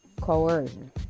coercion